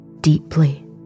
deeply